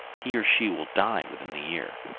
he or she will die within the year.